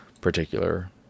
particular